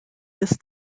this